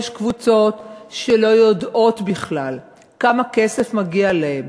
יש קבוצות שלא יודעות בכלל כמה כסף מגיע להן.